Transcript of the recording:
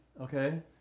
Okay